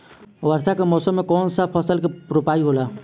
वर्षा के मौसम में कौन सा फसल के रोपाई होला?